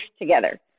together